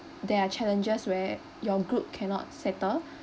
there are challenges where your group cannot settle